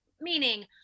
meaning